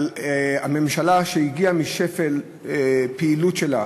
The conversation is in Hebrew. על הממשלה שהגיעה משפל הפעילות שלה,